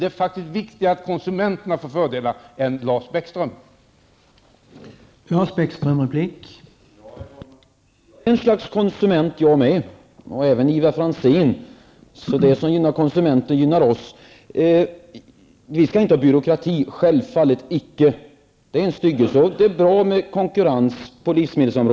Det är faktiskt viktigare att konsumenterna får fördelar än att Lars Bäckström får det.